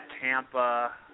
Tampa